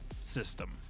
system